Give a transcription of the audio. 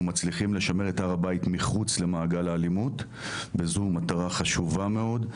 מצליחים לשמר את הר הבית מחוץ למעגל האלימות וזו מטרה חשובה מאוד,